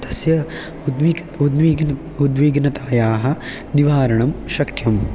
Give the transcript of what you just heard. तस्य उद्वीक् उद्वीग्न् उद्विग्नतायाः निवारणं शक्यम्